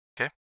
okay